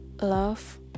love